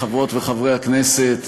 חברות וחברי הכנסת,